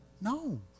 No